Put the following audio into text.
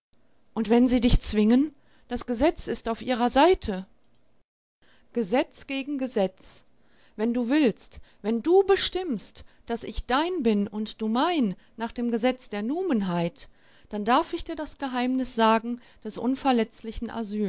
und wenn sie dich zwingen das gesetz ist auf ihrer seite gesetz gegen gesetz wenn du willst wenn du bestimmst daß ich dein bin und du mein nach dem gesetz der numenheit dann darf ich dir das geheimnis sagen des unverletzlichen